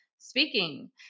Speaking